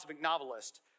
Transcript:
novelist